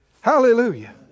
Hallelujah